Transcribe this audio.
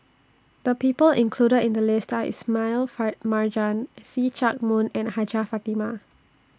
The People included in The list Are Ismail Marjan See Chak Mun and Hajjah Fatimah